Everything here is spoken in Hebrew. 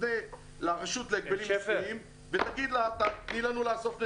תפנה לרשות להגבלים עסקיים ותגיד לה לתת לנו לאסוף נתונים.